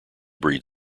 breed